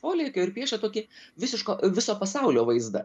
polėkio ir piešia tokį visiško viso pasaulio vaizdą